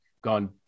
gone